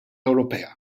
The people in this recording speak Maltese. ewropea